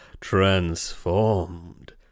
Transformed